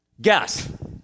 Guess